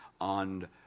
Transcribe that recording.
on